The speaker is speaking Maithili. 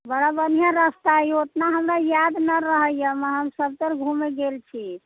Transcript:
बड़ा बढ़िया रास्ता अइ ओतना हमरा याद नहि रहै अइ हम सबतर घुमै गेल छी